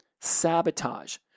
sabotage